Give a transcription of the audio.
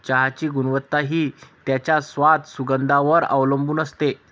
चहाची गुणवत्ता हि त्याच्या स्वाद, सुगंधावर वर अवलंबुन असते